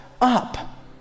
up